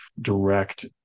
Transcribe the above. direct